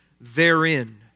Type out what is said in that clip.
therein